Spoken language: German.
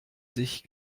sich